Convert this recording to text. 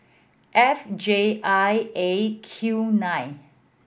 F J I A Q nine